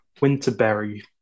Winterberry